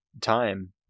time